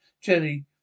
jelly